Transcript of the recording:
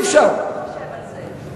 מה שר השיכון חושב על זה?